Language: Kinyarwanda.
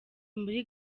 muri